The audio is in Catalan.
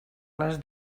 les